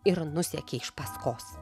ir nusekė iš paskos